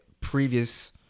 previous